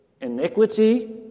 iniquity